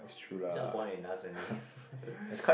it's just the boy in us only